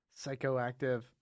psychoactive